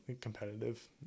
competitive